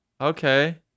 Okay